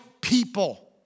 people